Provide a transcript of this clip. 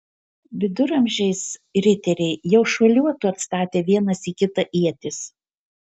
viduramžiais riteriai jau šuoliuotų atstatę vienas į kitą ietis